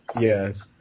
Yes